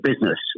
business